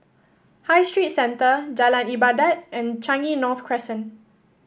High Street Centre Jalan Ibadat and Changi North Crescent